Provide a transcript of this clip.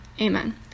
Amen